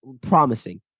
promising